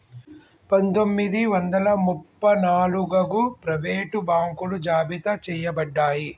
పందొమ్మిది వందల ముప్ప నాలుగగు ప్రైవేట్ బాంకులు జాబితా చెయ్యబడ్డాయి